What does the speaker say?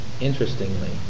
Interestingly